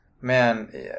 Man